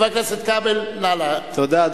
חבר הכנסת כבל, נא, תודה.